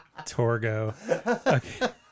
Torgo